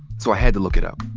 so i had to look it up.